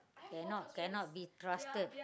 cannot cannot be trusted